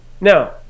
Now